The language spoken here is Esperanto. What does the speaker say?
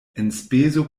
enspezo